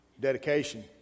dedication